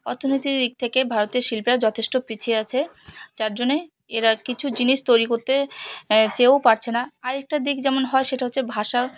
অর্থনৈতিক দিক থেকে ভারতের শিল্পীরা যথেষ্ট পিছিয়ে আছে যার জন্যে এরা কিছু জিনিস তৈরি করতে চেয়েও পারছে না আরেকটা দিক যেমন হয় সেটা হচ্ছে ভাষা